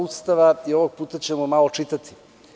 Ustava i ovog puta ćemo malo čitati.